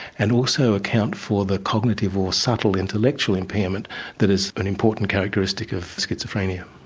and also account for the cognitive or subtle intellectual impairment that is an important characteristic of schizophrenia.